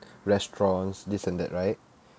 restaurants this and that right